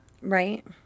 Right